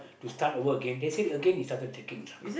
to start over again they said again he started taking drugs